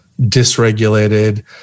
dysregulated